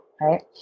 right